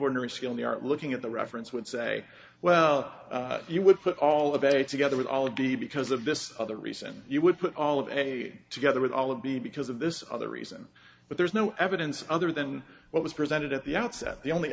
ordinary skill in the art looking at the reference would say well you would put all of a together with all of b because of this other reason you would put all of a together with all of b because of this other reason but there's no evidence other than what was presented at the outset the only